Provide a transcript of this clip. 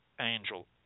angel